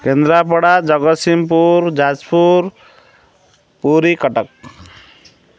Kendrapara Jagatsinghpur Jajpur Puri Cuttack